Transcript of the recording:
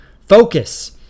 Focus